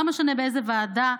לא משנה באיזו ועדה,